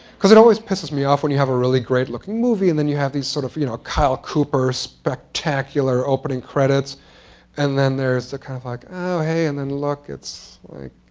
because it always pisses me off when you have a really great-looking movie, and then you have these sort of, you know, kyle cooper spectacular opening credits and then there's the kind of like, oh, hey, and then look. it's like,